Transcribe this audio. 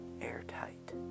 airtight